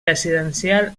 residencial